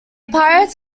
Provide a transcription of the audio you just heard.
pirates